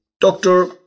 doctor